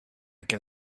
can